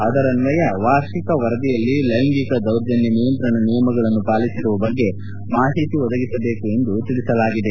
ಅದರನ್ವಯ ವಾರ್ಷಿಕ ವರದಿಯಲ್ಲಿ ಲೈಂಗಿಕ ದೌರ್ಜನ್ತ ನಿಯಂತ್ರಣ ನಿಯಮಗಳನ್ನು ಪಾಲಿಸಿರುವ ಬಗ್ಗೆ ಮಾಹಿತಿ ಒದಗಿಸಬೇಕು ಎಂದು ತಿಳಿಸಲಾಗಿದೆ